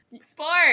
Sports